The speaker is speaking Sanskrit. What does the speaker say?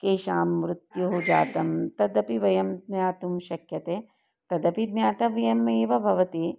केषां मृत्युः जातः तदपि वयं ज्ञातुं शक्यते तदपि ज्ञातव्यम् एव भवति